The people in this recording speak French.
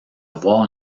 avoir